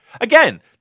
Again